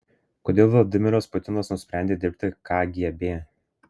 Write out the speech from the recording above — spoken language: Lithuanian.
kodėl vladimiras putinas nusprendė dirbti kgb